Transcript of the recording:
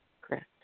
Correct